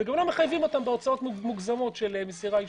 וגם לא מחייבים אותם בהוצאות מוגזמות של מסירה אישית.